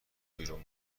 بیرون